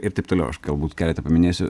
ir taip toliau aš galbūt keletą paminėsiu